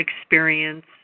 experience